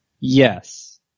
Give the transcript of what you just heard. Yes